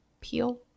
Peel